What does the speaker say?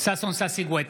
ששון ששי גואטה,